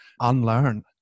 unlearn